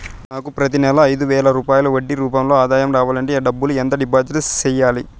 నాకు ప్రతి నెల ఐదు వేల రూపాయలు వడ్డీ రూపం లో ఆదాయం రావాలంటే ఎంత డబ్బులు డిపాజిట్లు సెయ్యాలి?